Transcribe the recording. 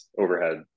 overhead